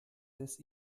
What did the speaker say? des